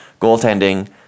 Goaltending